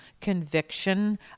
conviction